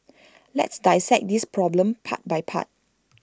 let's dissect this problem part by part